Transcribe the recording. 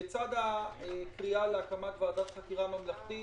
בצד הקריאה להקמת ועדת חקירה ממלכתית